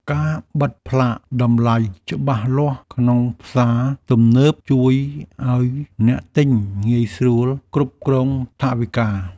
ការបិទស្លាកតម្លៃច្បាស់លាស់ក្នុងផ្សារទំនើបជួយឱ្យអ្នកទិញងាយស្រួលគ្រប់គ្រងថវិកា។